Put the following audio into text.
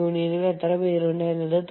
നിങ്ങൾക്ക് ഗ്രീൻഫീൽഡ്സ് ഉണ്ടായിരിക്കും